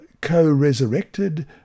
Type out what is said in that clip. co-resurrected